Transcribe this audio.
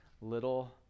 little